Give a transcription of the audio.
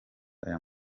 aya